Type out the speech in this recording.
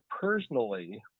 personally